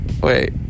Wait